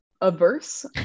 averse